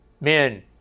men